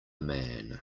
man